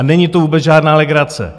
Není to vůbec žádná legrace.